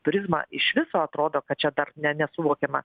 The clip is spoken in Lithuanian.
turizmą iš viso atrodo kad čia dar ne nesuvokiama